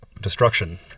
Destruction